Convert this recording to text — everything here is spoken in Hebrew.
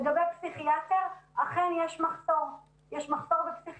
לגבי פסיכיאטרים אכן יש מחסור בפסיכיאטר.